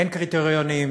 אין קריטריונים,